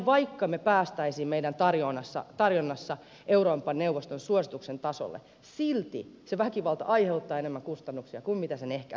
vaikka me pääsisimme meidän tarjonnassa euroopan neuvoston suosituksen tasolle silti se väkivalta aiheuttaa enemmän kustannuksia kuin sen ehkäiseminen vie